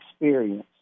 experience